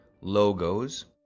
logos